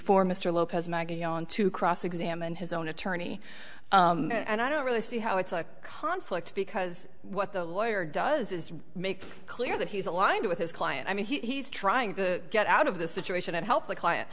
mr lopez maggie on to cross examine his own attorney and i don't really see how it's a conflict because what the lawyer does is make clear that he's aligned with his client i mean he's trying to get out of the situation and help the client